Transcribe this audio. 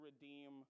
redeem